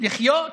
לחיות